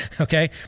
Okay